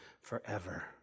forever